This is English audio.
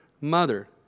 mother